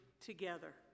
together